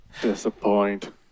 Disappoint